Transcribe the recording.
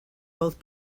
both